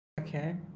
Okay